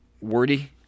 wordy